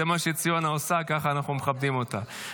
זה מה שציונה עושה, ככה אנחנו מכבדים אותה.